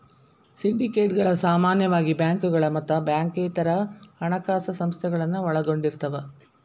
ಸಿಂಡಿಕೇಟ್ಗಳ ಸಾಮಾನ್ಯವಾಗಿ ಬ್ಯಾಂಕುಗಳ ಮತ್ತ ಬ್ಯಾಂಕೇತರ ಹಣಕಾಸ ಸಂಸ್ಥೆಗಳನ್ನ ಒಳಗೊಂಡಿರ್ತವ